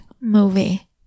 movie